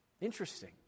Interesting